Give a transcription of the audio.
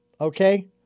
Okay